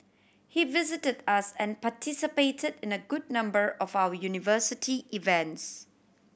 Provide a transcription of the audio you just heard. he visited us and participated in a good number of our university events